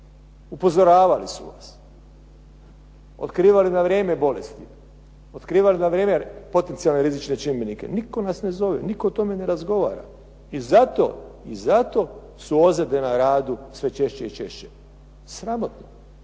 upozoravali su vas. Otkrivali na vrijeme bolesti, otkrivali na vrijeme potencijalne rizične čimbenike. Nitko nas ne zove, nitko o tome ne razgovara i zato su ozljede na radu sve češće i češće. Sramotno.